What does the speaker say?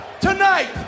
tonight